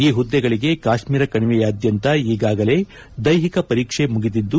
ಈ ಹುದ್ದೆಗಳಿಗೆ ಕಾಶ್ಮೀರ ಕಣಿವೆಯಾದ್ಯಂತ ಈಗಾಗಲೇ ದೈಹಿಕ ಪರೀಕ್ಷೆ ಮುಗಿದಿದ್ದು